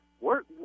work